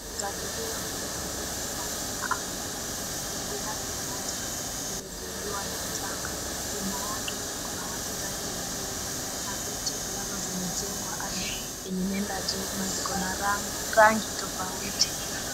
Mchezaji huyo ameanguka sana na ameumia. Mguu yake mmoja imezuiliwa na mchanga, nyuma yake kuna wachezaji wengine, na viti ambazo vimejengwa hadi yenye inaenda juu na ziko na rangi tofauti.